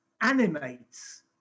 animates